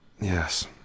Yes